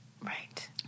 Right